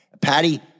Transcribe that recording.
Patty